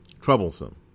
troublesome